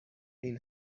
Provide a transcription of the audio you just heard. این